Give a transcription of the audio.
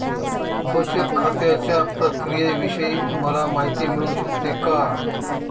बचत खात्याच्या प्रक्रियेविषयी मला माहिती मिळू शकते का?